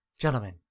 Gentlemen